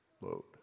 load